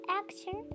action